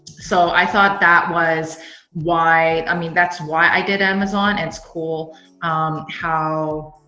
so i thought that was why, i mean that's why i did amazon. and it's cool um how